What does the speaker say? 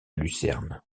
lucerne